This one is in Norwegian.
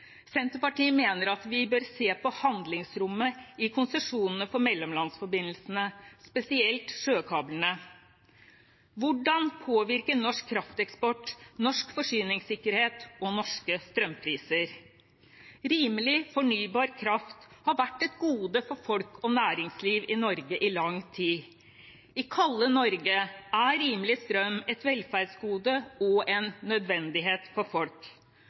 Senterpartiet mener vi bør se på handlingsrommet i konsesjonene for mellomlandsforbindelsene, spesielt sjøkablene. Hvordan påvirker norsk krafteksport norsk forsyningssikkerhet og norske strømpriser? Rimelig, fornybar kraft har vært et gode for folk og næringsliv i Norge i lang tid. I kalde Norge er rimelig strøm et velferdsgode og en nødvendighet for folk.